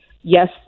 yes